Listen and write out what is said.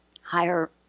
higher